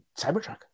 Cybertruck